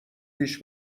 پیش